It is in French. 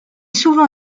souvent